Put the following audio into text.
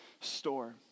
store